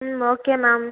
ம் okay ma'am